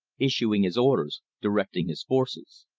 issuing his orders, directing his forces.